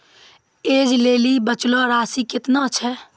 ऐज लेली बचलो राशि केतना छै?